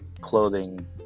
clothing